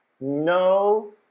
no